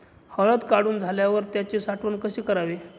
हळद काढून झाल्यावर त्याची साठवण कशी करावी?